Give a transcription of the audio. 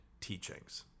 teachings